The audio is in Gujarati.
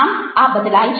આમ આ બદલાય છે